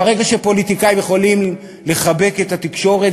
ברגע שפוליטיקאים יכולים לחבק את התקשורת,